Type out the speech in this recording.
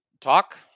talk